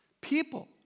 people